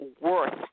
worth